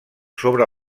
sobre